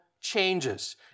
changes